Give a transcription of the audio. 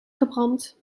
gebrand